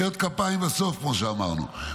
מחיאת כפיים בסוף, כמו שאמרנו.